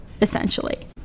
essentially